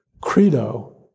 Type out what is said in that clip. credo